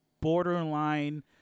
borderline